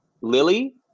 Lily